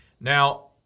now